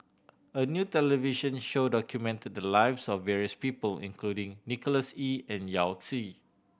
a new television show documented the lives of various people including Nicholas Ee and Yao Zi